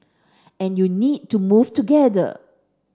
and you need to move together